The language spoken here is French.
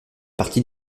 partie